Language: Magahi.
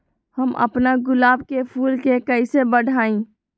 हम अपना गुलाब के फूल के कईसे बढ़ाई?